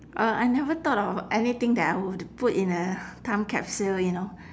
uh I never thought of anything that I would put in a time capsule you know